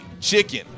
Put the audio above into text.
chicken